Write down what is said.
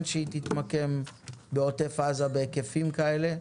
שהיא תתמקם בעוטף עזה בהיקפים כאלה.